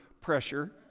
pressure